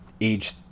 Age